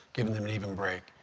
giving them an even break,